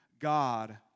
God